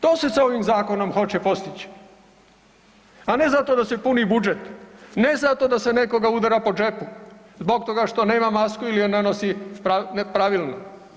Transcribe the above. To se s ovim zakonom hoće postići, a ne zato da se puni budžet, ne zato da se nekoga udara po džepu zbog toga što nema masku ili je ne nosi pravilno.